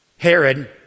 Herod